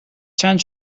چند